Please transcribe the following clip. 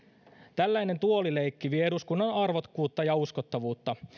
tällainen tuolileikki vie eduskunnan arvokkuutta ja uskottavuutta